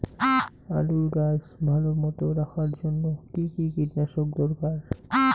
আলুর গাছ ভালো মতো রাখার জন্য কী কী কীটনাশক দরকার?